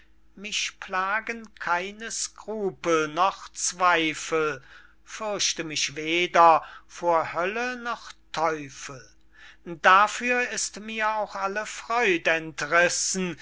mich plagen keine scrupel noch zweifel fürchte mich weder vor hölle noch teufel dafür ist mir auch alle freud entrissen